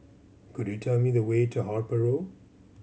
could you tell me the way to Harper Road